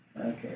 Okay